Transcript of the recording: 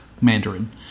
Mandarin